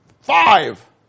five